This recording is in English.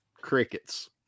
Crickets